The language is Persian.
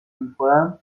میخورم